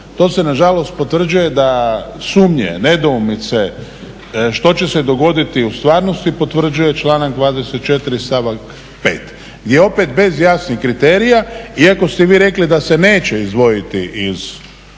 to se nažalost potvrđuje da sumnje, nedoumice što će se dogoditi u stvarnosti i potvrđuje članak 24., stavak 5.. I opet bez jasnih kriterija iako ste vi rekli da se neće izdvojiti iz